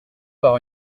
par